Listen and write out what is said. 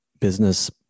business